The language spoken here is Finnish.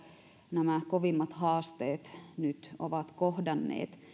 nämä kovimmat haasteet nyt ovat kohdanneet